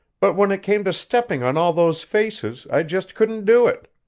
but when it came to stepping on all those faces, i just couldn't do it!